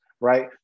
right